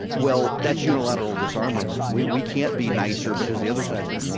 well, that's unilateral disarmament. we we can't be nicer, because the other side's gonna,